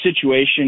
situation